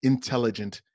Intelligent